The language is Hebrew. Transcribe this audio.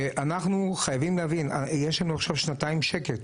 אנחנו חייבים להבין, יש לנו עכשיו שנתיים שקט.